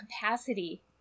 capacity